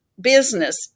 business